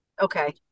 Okay